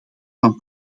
van